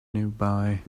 nearby